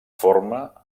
forma